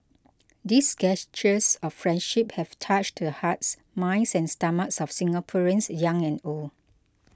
these gestures of friendship have touched the hearts minds and stomachs of Singaporeans young and old